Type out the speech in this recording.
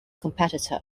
competitor